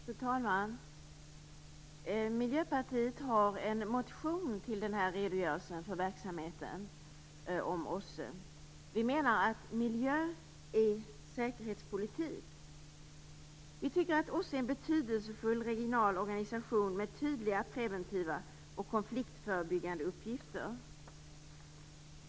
Fru talman! Miljöpartiet har en motion till den här redogörelsen om OSSE. Vi menar att miljö är säkerhetspolitik. Vi tycker att OSSE är en betydelsefull regional organisation med tydliga preventiva och konfliktförebyggande uppgifter.